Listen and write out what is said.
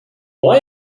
why